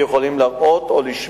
להלן: הפקודה,